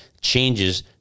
changes